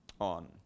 on